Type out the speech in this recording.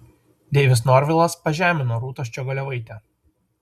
deivis norvilas pažemino rūtą ščiogolevaitę